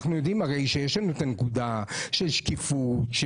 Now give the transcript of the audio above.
אנחנו יודעים שיש את הנקודה של שקיפות,